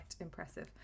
impressive